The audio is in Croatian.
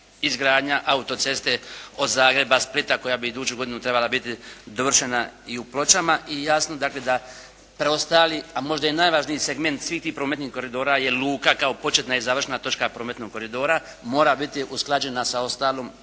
izgradnja auto-ceste od Zagreba, Splita koja bi iduću godinu trebala biti dovršena i u Pločama. I jasno dakle da preostali, a možda i najvažniji segment svih tih prometnih koridora je luka kao početna i završna točka prometnog koridora, mora biti usklađena sa ostalom,